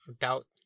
doubt